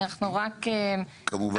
כמובן.